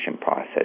process